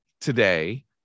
today